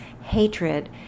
hatred